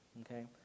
Okay